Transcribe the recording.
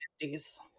fifties